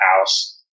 house